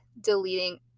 deleting